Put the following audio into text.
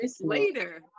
later